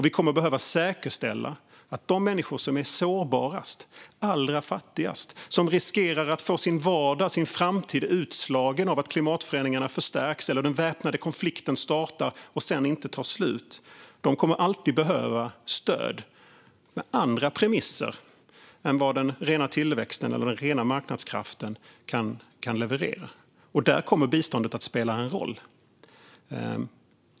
Vi kommer att behöva säkerställa stödet för de människor som är mest sårbara, allra fattigast, som riskerar att få sin vardag och framtid utslagen av att klimatförsämringarna förstärks eller att den väpnade konflikten startar och sedan inte tar slut. De kommer alltid att behöva stöd under andra premisser än vad den rena tillväxten eller den rena marknadskraften kan leverera. Där kommer biståndet att spela en roll.